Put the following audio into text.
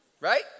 Right